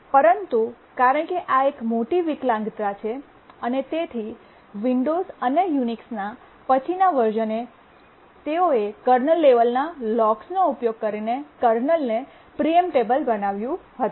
પરંતુ કારણ કે આ એક મોટી વિકલાંગતા છે અને તેથી વિંડોઝ અને યુનિક્સના પછીના વર્શ઼નએ તેઓએ કર્નલ લેવલના લોકસનો ઉપયોગ કરીને કર્નલને પ્રીમ્પિટેબલ બનાવ્યું હતું